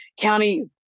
County